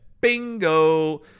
Bingo